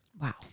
Wow